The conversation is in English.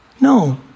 No